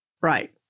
Right